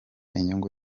inyungu